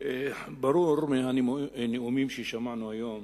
ברור מהנאומים ששמענו היום